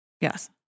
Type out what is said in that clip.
Yes